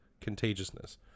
contagiousness